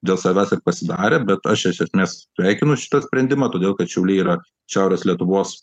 dėl savęs ir pasidarė bet aš iš esmės sveikinu šitą sprendimą todėl kad šiauliai yra šiaurės lietuvos